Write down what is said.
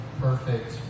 perfect